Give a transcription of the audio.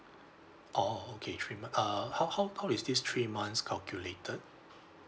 oh okay three month uh how how how is this three months calculated